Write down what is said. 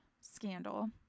scandal